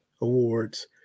awards